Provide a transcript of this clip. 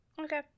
okay